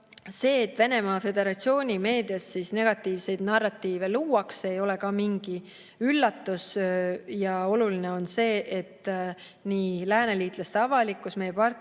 see, et Venemaa Föderatsiooni meedias negatiivseid narratiive luuakse, ei ole ka mingi üllatus. Oluline on see, et lääneliitlaste avalikkus, meie partnerid